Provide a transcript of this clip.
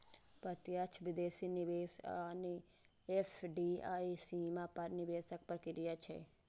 प्रत्यक्ष विदेशी निवेश यानी एफ.डी.आई सीमा पार निवेशक प्रक्रिया छियै